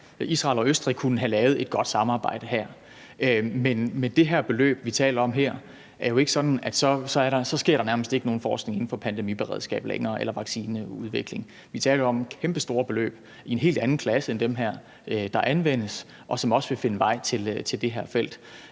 Østrig og Israel kunne have lavet et godt samarbejde her. Men med det beløb, vi her taler om, er det jo ikke sådan, at der så nærmest ikke sker nogen forskning inden for pandemiberedskab eller vaccineudvikling længere. Vi taler jo om kæmpestore beløb i en helt anden klasse end dem her, der anvendes, og som også vil finde vej til det her felt.